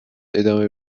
ادامه